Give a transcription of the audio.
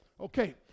Okay